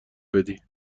بدی